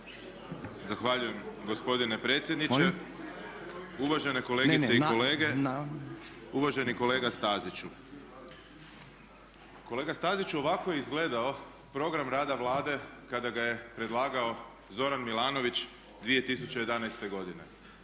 Zahvaljujem gospodine predsjedniče, uvažene kolegice i kolege, uvaženi kolega Staziću. Kolega Staziću, ovako je izgledao program rada Vlade kada ga je predlagao Zoran Milanović 2011. godine.